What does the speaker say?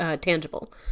tangible